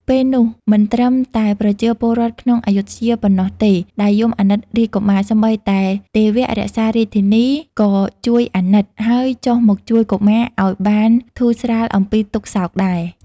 ពេលនោះមិនត្រឹម តែប្រជាពលរដ្ឋក្នុងព្ធយុធ្យាប៉ុណ្ណោះទេដែលយំអាណិតរាជកុមារ សូម្បីតែទេវៈរក្សារាជធានីក៏ជួយអាណិត ហើយចុះមកជួយកុមារឱ្យបានធូស្រាលអំពីទុក្ខសោកដែរ។